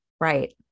Right